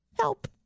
Help